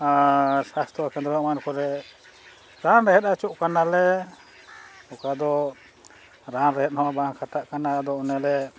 ᱟᱨ ᱥᱟᱥᱛᱷᱚ ᱠᱮᱱᱫᱨᱚ ᱮᱢᱟᱱ ᱠᱚᱨᱮᱜ ᱨᱟᱱ ᱨᱮᱦᱮᱫ ᱦᱚᱪᱚᱜ ᱠᱟᱱᱟᱞᱮ ᱚᱠᱟᱫᱚ ᱨᱟᱱ ᱨᱮᱦᱮᱫ ᱦᱚᱸ ᱵᱟᱝ ᱠᱷᱟᱴᱟᱜ ᱠᱟᱱᱟ ᱟᱫᱚ ᱚᱱᱚᱞᱮ